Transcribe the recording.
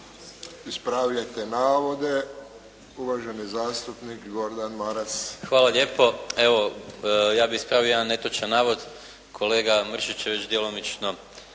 Ispravljajte navode. Uvaženi zastupnik Gordan Maras. **Maras, Gordan (SDP)** Hvala lijepo. Evo ja bih ispravio jedan netočan navod. Kolega Mršić je već djelomično